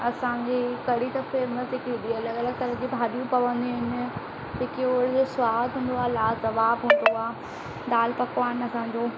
असांजे कढ़ी त फेमस ई थींदी अलॻि अलॻि तरह जी भाॼियूं पवंदियूं आहिनि जेके ओ जो सवादु हूंदो आहे लाजवाब हूंदो आहे दाल पकवान असांजो